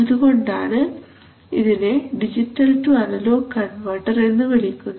അതുകൊണ്ടാണ് ഇതിനെ digital to analogue converter എന്ന് വിളിക്കുന്നത്